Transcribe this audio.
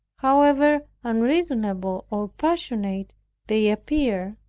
however unreasonable or passionate they appear,